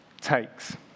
takes